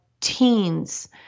teens